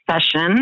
session